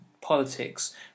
politics